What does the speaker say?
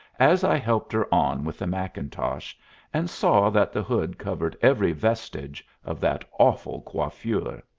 as i helped her on with the mackintosh and saw that the hood covered every vestige of that awful coiffure.